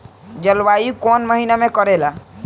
जलवायु कौन महीना में करेला?